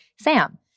SAM